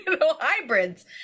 hybrids